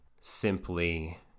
simply